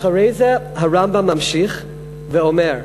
אחרי זה הרמב"ם ממשיך ואומר: